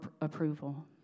approval